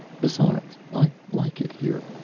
besides, i like it here.